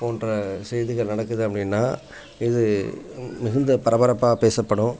போன்ற செய்திக நடக்குது அப்படினா இது மிகுந்த பரபரப்பாக பேசப்படும்